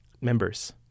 members